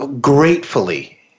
Gratefully